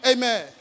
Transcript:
Amen